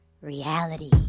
Reality